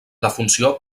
permet